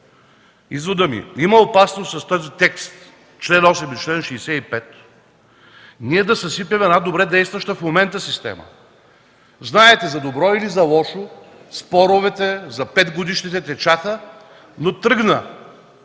Изводът ми е: има опасност с този текст в чл. 8 и чл. 65 да съсипем една добре действаща в момента система. Знаете, за добро или за лошо, спорове за петгодишните имаше, но тръгна.